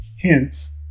hence